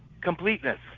completeness